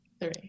Three